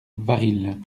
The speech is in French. varilhes